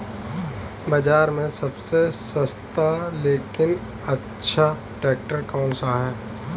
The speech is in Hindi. बाज़ार में सबसे सस्ता लेकिन अच्छा ट्रैक्टर कौनसा है?